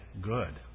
good